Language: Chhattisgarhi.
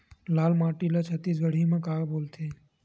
लाल माटी ला छत्तीसगढ़ी मा का बोलथे?